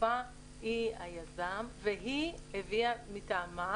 התעופה היא היזם והיא הביאה מטעמה,